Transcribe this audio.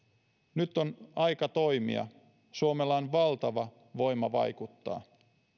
nyt on aika toimia suomella on valtava voima vaikuttaa